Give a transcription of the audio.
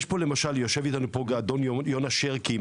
יושב איתנו למשל אדון יונה שרקי,